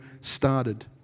started